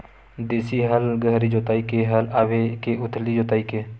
देशी हल गहरी जोताई के हल आवे के उथली जोताई के?